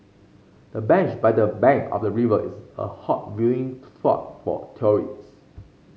the bench by the bank of the river is a hot viewing spot for tourists